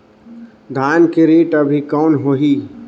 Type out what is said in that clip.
धान के रेट अभी कौन होही?